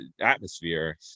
atmosphere